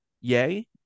yay